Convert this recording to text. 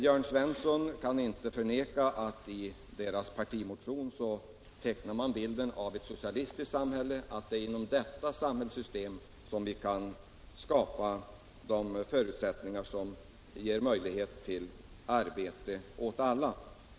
Jörn Svensson kan inte förneka att i vpk:s partimotion tecknas bilden av ett socialistiskt samhälle och att det är inom detta som vi, enligt vpk, kan skapa förutsättningarna för arbete åt alla.